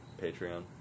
Patreon